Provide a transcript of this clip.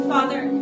Father